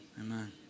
Amen